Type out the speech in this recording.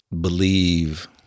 believe